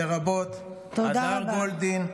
לרבות הדר גולדין,